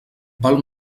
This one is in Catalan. val